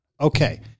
Okay